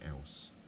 else